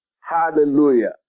Hallelujah